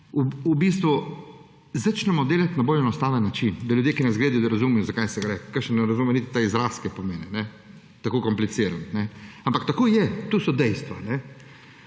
V bistvu začnimo delati na bolj enostaven način, da ljudje, ki nas gledajo, da razumejo, za kaj gre. Kakšen ne razume niti tega izraza, kaj pomeni, tako je kompliciran. Ampak tako je, to so dejstva.